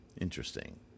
Interesting